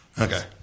Okay